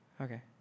Okay